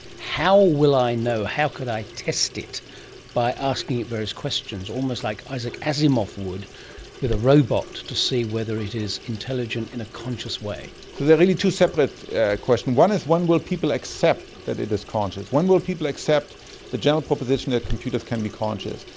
how will i know, how could i test it by asking it various questions, almost like isaac asimov would with a robot to see whether it is intelligent in a conscious way? so there are really two separate questions. one is when will people accept that it is conscious, when will people accept the general proposition that computers can be conscious?